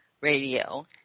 Radio